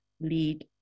lead